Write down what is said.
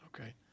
Okay